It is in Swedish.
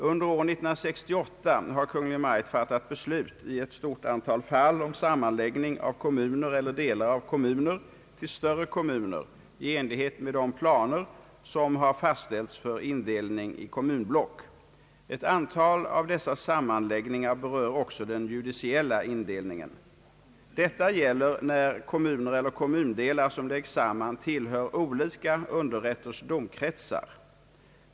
Under år 1968 har Kungl. Maj:t fattat beslut i ett stort antal fall om sammanläggning av kommuner eller delar av kommuner till större kommuner i enlighet med de planer som har fastställts för indelning i kommunblock. Ett antal av dessa sammanläggningar berör också den judiciella indelningen. Detta gäller när kommuner eller kommundelar som läggs samman tillhör olika underrätters domkretsar.